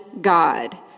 God